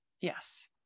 Yes